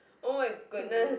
oh my goodness